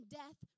death